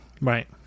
right